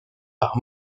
par